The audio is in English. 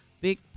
Big